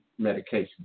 medications